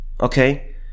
okay